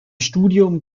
studium